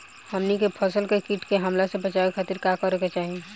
हमनी के फसल के कीट के हमला से बचावे खातिर का करे के चाहीं?